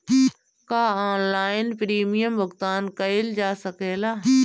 का online premium भुगतान कईल जा सकेला?